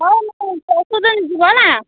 ହଉ ମୁଁ ପଇସା ଦେଇ ଯିବ ହେଲା